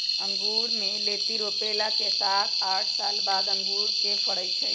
अँगुर कें लत्ति रोपला के सात आठ साल बाद अंगुर के फरइ छइ